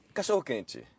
Cachorro-quente